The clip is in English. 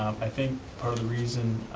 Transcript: i think part of the reason